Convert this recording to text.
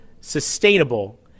sustainable